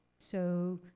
so,